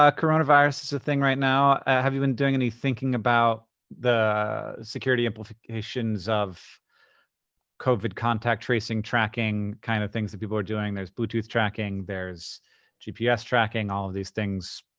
ah coronavirus is a thing right now. have you been doing any thinking about the security implications of covid contact tracing, tracking kind of things that people are doing? there's bluetooth tracking, there's gps tracking, all of these things.